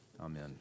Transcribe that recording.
Amen